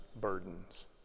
burdens